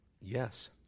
Yes